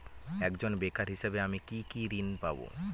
একজন বেকার হিসেবে আমি কি কি ঋণ পাব?